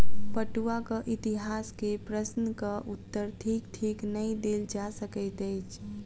पटुआक इतिहास के प्रश्नक उत्तर ठीक ठीक नै देल जा सकैत अछि